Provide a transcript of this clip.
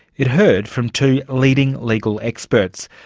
it heard from two leading legal experts.